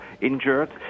injured